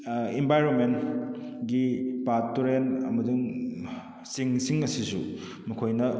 environment ꯒꯤ ꯄꯥꯠ ꯇꯨꯔꯦꯟ ꯑꯃꯁꯨꯡ ꯆꯤꯡꯁꯤꯡ ꯑꯁꯤꯁꯨ ꯃꯈꯣꯏꯅ